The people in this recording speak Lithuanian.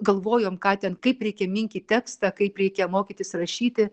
galvojom ką ten kaip reikia minkyt tekstą kaip reikia mokytis rašyti